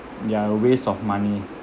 they're a waste of money